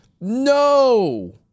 No